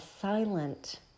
silent